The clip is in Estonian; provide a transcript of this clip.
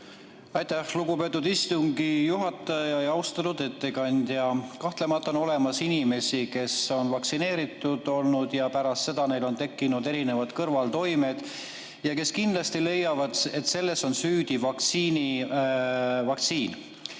Aitäh, lugupeetud istungi juhataja! Austatud ettekandja! Kahtlemata on olemas inimesi, kes on vaktsineeritud ja kellel pärast seda on tekkinud erinevad kõrvaltoimed ja kes kindlasti leiavad, et selles on süüdi vaktsiin. Minu